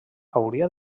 hauria